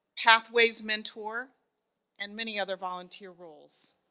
pathways mentor and many other volunteer roles.